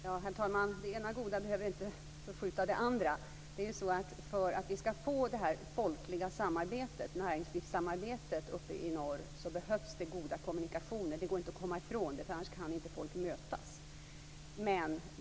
Herr talman! Det ena goda behöver inte utesluta det andra. Men för att det skall bli ett folkligt samarbete och näringslivssamarbete uppe i norr behövs det goda kommunikationer. Det går inte att komma ifrån. Annars kan inte folk mötas.